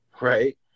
Right